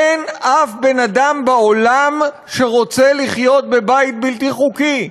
אין אף בן-אדם בעולם שרוצה לחיות בבית בלתי חוקי.